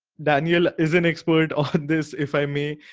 daniel is an expert on this, if i may,